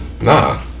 Nah